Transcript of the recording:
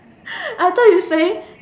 I thought you saying